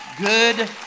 Good